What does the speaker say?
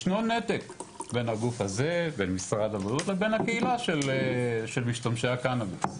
ישנו נתק בין הגוף הזה ומשרד הבריאות לבין הקהילה של משתמשי הקנאביס.